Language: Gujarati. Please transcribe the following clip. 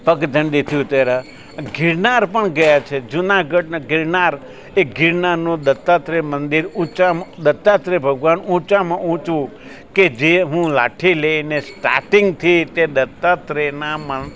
ગિરનાર પણ ગયા છે જૂનાગઢના ગિરનાર એ ગિરનારનો દત્તાત્રેય મંદિર ઊંચા દત્તાત્રેય ભગવાન ઊંચામાં ઊંચું કે જે હું લાઠી લઈને સ્ટાર્ટિંગથી તે દત્તાત્રેયના મન